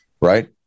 right